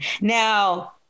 now